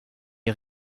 est